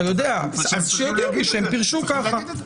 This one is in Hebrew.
הם פירשו ככה.